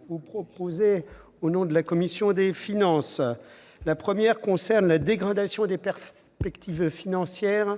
Mme la ministre, au nom de la commission des affaires sociales. La première concerne la dégradation des perspectives financières